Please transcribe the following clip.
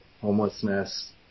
homelessness